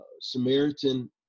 Samaritan